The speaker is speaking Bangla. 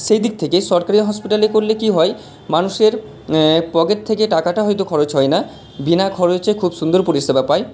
সেই দিক থেকে সরকারি হসপিটালে করলে কী হয় মানুষের পকেট থেকে টাকাটা হয়তো খরচ হয় না বিনা খরচে খুব সুন্দর পরিষেবা পায়